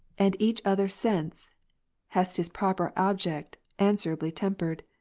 and each other sense hath his proper object answerably tempered.